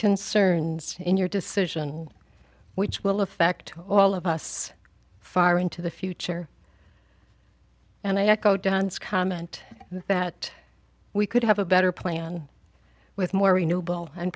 concerns in your decision which will affect all of us far into the future and i go don's comment that we could have a better plan with more renewable and